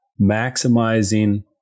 maximizing